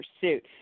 pursuit